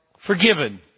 forgiven